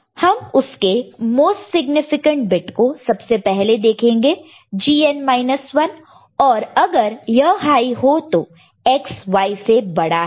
हम उसके most significant bit को सबसे पहले देखेंगे Gn माइनस 1 और अगर यह हाई हो तो X Y से बड़ा है